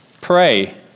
Pray